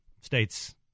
states